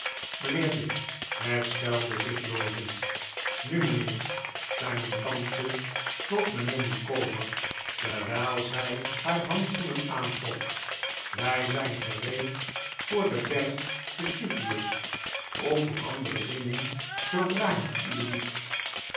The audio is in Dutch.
mijnheer dick herstelde zich blozend nu mijnheer zei mijn tante tot mijnheer micawber terwijl zij haar handschoenen aantrok wij zijn gereed voor den berg vesuvius of voor andere dingen zoodra het